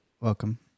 welcome